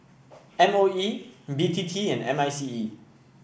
M O E B T T and M I C E